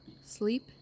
sleep